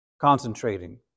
concentrating